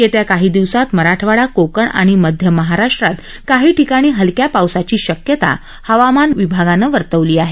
येत्या काही दिवसात मराठवाडा कोकण आणि मध्य महाराष्ट्रात काही ठिकाणी हलक्या पावसाची शक्यता हवामान खात्यानं वर्तवली आहे